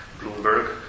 Bloomberg